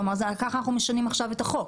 כלומר, כך אנחנו משנים עכשיו את החוק.